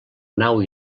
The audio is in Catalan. nau